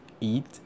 eat